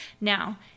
Now